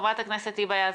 הכנסת היבה יזבק.